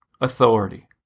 authority